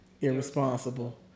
irresponsible